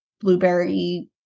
Blueberry